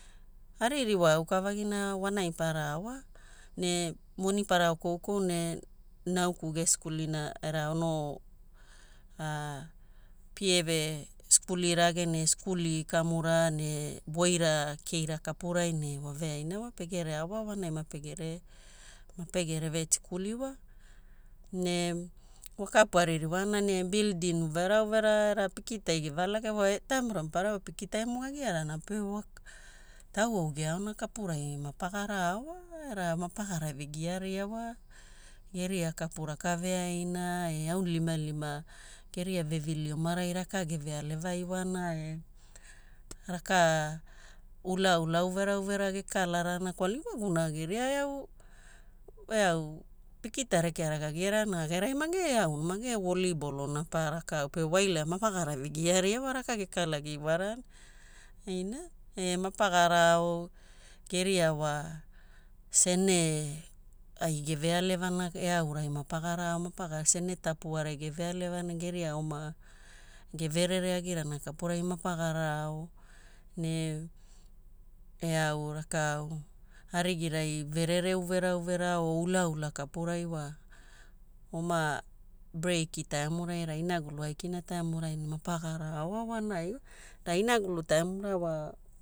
Aririwa aukavagina wanai para ao wa ne moni para ao koukou ne nauku geskulina era no pieve skuli rage ne skuli kamura ne voira keira kapurai ne waveaina wa pegere ao wa wanai mapegere mapegere vetikuli wa. Ne wakapu aririwaana ne bildin uverauvera era pikitai gevalakairana wa etaimura mapararai wa pikitaimo gagiarana pe wa tauwau geaona kapurai mapagara ao wa era mapagara vegiaria wa. Geria kapu rakaveaina e aunilimalima geria vevili omarai raka gevealeva iwana e raka ulaula uvera uvera gekalarana kwalana ewaguna geria eau eau pikita rekeara gagiarana gerai mage eau mage volleyball na pa rakau pe waila mapagara vegiaria raka gekalagi iwarana, ina. Ne mapagara ao geria wa sene ai gevealevana eaurai mapagara ao mapaga sene tapuarai gevealevana geria oma geverereagirana kapurai mapagara ao. Ne eau rakau arigirai verere uverauvera o ulaula kapurai wa oma breiki taimurai era inagulu aikina taimurai mapagara ao wa wanai wa. Na inagulu taimura wa